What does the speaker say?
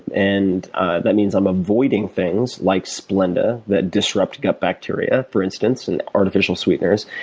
and that means i'm avoiding things like splenda that disrupt gut bacteria, for instance, and artificial sweeteners.